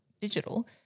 digital